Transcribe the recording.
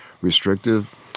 restrictive